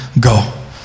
go